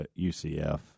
UCF